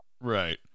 Right